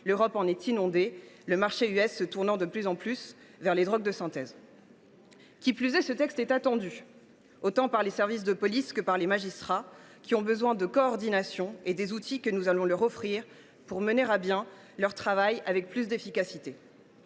par ce produit, le marché américain se tournant de plus en plus vers les drogues de synthèse. Qui plus est, ce texte est attendu, tant par les services de police que par les magistrats, qui ont besoin d’une plus grande coordination et des outils que nous allons leur offrir pour mener à bien leur travail avec plus d’efficacité.